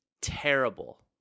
terrible